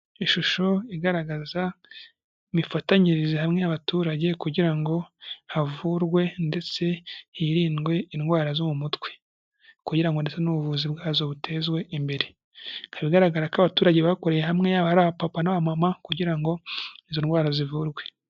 Ishusho igaragaza imifatanyirize hamwe y'abaturage kugira ngo havurwe ndetse hirindwe indwara zo mu mutwe kugira ngo ndetse n'ubuvuzi bwazo butezwe imbere, ikaba igaragara ko abaturage bakoreye hamwe yaba ari abapapa n'abamama kugira ngo izo ndwara zivurwe.